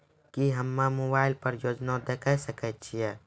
की हम्मे मोबाइल पर योजना देखय सकय छियै?